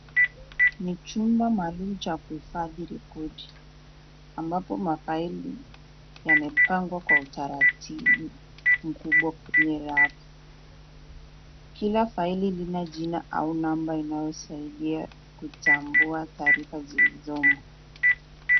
Ni chumba maalum cha kuhifadhi rekodi ambapo mafaili yamepangwa kwa utaratibu mkubwa kwenye rafu. Kila faili lina jina au namba inayosaidia kutambua taarifa zilizomo.